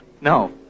No